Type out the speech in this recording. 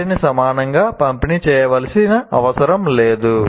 వాటిని సమానంగా పంపిణీ చేయవలసిన అవసరం లేదు